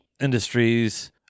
industries